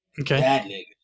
okay